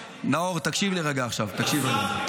נאור, תקשיב לי רגע עכשיו, תקשיב רגע.